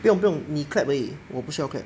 不用不用你 clap 而已我不需要 clap